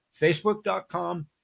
Facebook.com